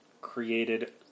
created